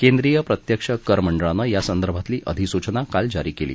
केंद्रीय प्रत्यक्ष कर मंडळानं यासंदर्भातली अधिसूचना काल जारी केली